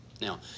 now